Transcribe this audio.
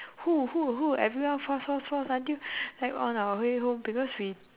who ah who ah who ah everyone force force force until like on our way home because we